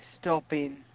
stopping